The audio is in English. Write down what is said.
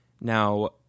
now